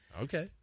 Okay